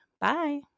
bye